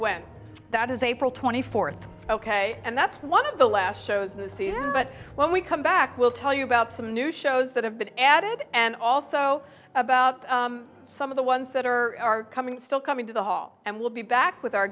when that is april twenty fourth ok and that's one of the last shows in the season but when we come back we'll tell you about some new shows that have been added and also about some of the ones that are coming still coming to the hall and we'll be back with our